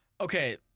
okay